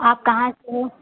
आप कहाँ से